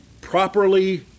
properly